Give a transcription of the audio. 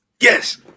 Yes